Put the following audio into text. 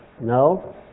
no